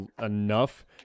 enough